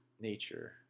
nature